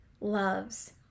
loves